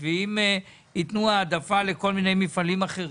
ואם יתנו העדפה לכל מיני מפעלים אחרים,